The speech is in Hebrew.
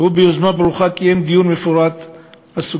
והוא, ביוזמה ברוכה, קיים דיון מפורט בסוגיה.